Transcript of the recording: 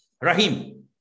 Rahim